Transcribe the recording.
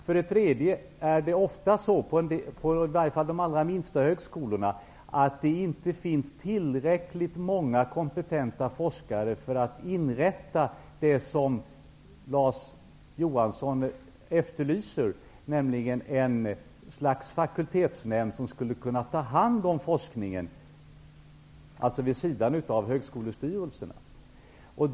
För det tredje finns det på de allra minsta högskolorna inte alltid tillräckligt många kompetenta forskare för att inrätta det som Larz Johansson efterlyser, nämligen ett slags fakultetsnämnd, som vid sidan av högskolestyrelserna skulle kunna ta hand om forskningen.